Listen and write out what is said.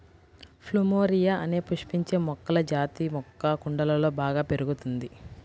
plumeria అనే పుష్పించే మొక్కల జాతి మొక్క కుండలలో బాగా పెరుగుతుంది